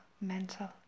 mental